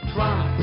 Try